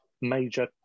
major